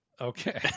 Okay